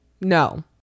no